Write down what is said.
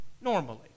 Normally